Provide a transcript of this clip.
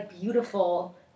beautiful